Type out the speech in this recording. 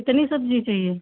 कितनी सब्जी चाहिए